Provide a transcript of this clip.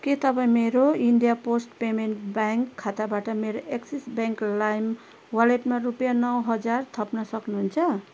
के तपाईँ मेरो इन्डिया पोस्ट पेमेन्ट ब्याङ्क खाताबाट मेरो एक्सिस ब्याङ्क लाइम वालेटमा रुपियाँ नौ हजार थप्न सक्नुहुन्छ